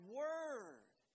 word